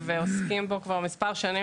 אנחנו עוסקים בזה כבר מספר שנים,